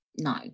no